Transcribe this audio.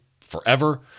forever